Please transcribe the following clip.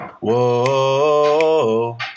whoa